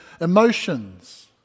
emotions